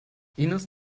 ines